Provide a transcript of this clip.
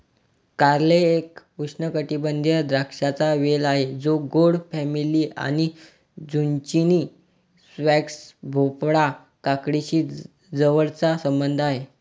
कारले एक उष्णकटिबंधीय द्राक्षांचा वेल आहे जो गोड फॅमिली आणि झुचिनी, स्क्वॅश, भोपळा, काकडीशी जवळचा संबंध आहे